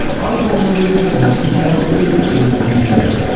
i'll be going over this in more detail, later in the video.